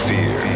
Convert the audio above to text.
Fear